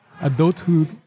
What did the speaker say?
adulthood